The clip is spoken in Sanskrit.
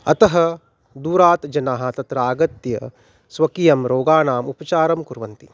अतः दूरात् जनाः तत्र आगत्य स्वकीयं रोगाणाम् उपचारं कुर्वन्ति